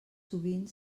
sovint